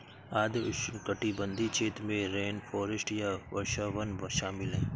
आर्द्र उष्णकटिबंधीय क्षेत्र में रेनफॉरेस्ट या वर्षावन शामिल हैं